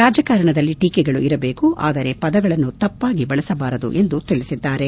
ರಾಜಕಾರಣದಲ್ಲಿ ಟೀಕೆಗಳಿರಬೇಕು ಆದರೆ ಪದಗಳನ್ನು ತಪ್ಪಾಗಿ ಬಳಸಬಾರದು ಎಂದು ತಿಳಿಸಿದ್ದಾರೆ